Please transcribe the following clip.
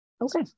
Okay